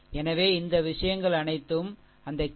எனவே இந்த விஷயங்கள் அனைத்தும் அந்த கே